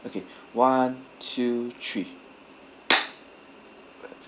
okay one two three